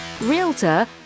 realtor